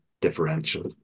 differential